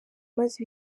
maze